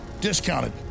discounted